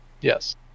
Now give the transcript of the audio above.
Yes